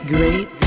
Great